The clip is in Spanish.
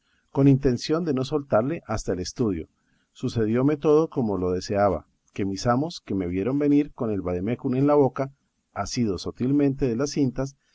con intención de no soltalle hasta el estudio sucedióme todo como lo deseaba que mis amos que me vieron venir con el vademécum en la boca asido sotilmente de las cintas